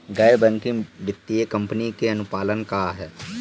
गैर बैंकिंग वित्तीय कंपनी के अनुपालन का ह?